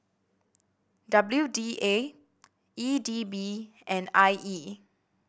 W D A E D B and I E